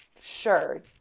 sure